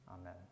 Amen